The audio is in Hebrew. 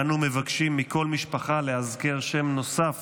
אנו מבקשים מכל משפחה לאזכר שם נוסף